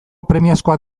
premiazkoak